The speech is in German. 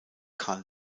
karl